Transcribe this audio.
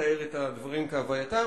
מתאר את הדברים כהווייתם.